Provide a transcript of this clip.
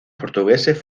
portugueses